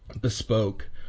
bespoke